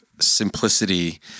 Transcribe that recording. Simplicity